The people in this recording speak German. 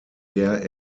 der